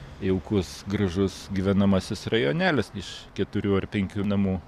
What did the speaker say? jaukus gražus gyvenamasis rajonėlis iš keturių ar penkių namų